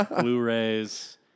Blu-rays